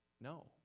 no